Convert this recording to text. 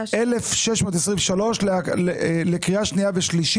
לקריאה שנייה ושלישית.